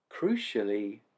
Crucially